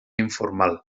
informal